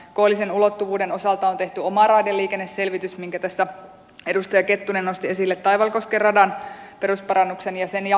koillisen ulottuvuuden osalta on tehty oma raideliikenneselvitys minkä tässä edustaja kettunen nosti esille taivalkosken radan perusparannuksen ja sen jatkon osalta